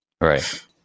Right